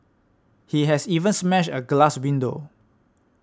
he has even smashed a glass window